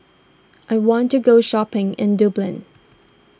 I want to go shopping in Dublin